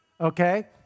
okay